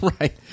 right